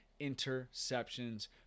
interceptions